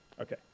Okay